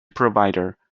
provider